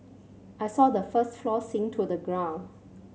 I saw the first floor sink into the ground